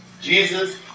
Jesus